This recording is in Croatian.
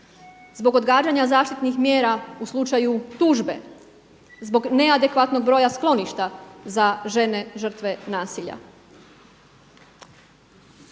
zbog odgađana zaštitnih mjera u slučaju tužbe, zbog neadekvatnog broja skloništa za žene žrtve nasilja.